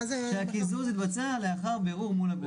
שהקיזוז יתבצע לאחר בירור מול הגופים.